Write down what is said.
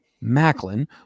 Macklin